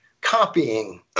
copying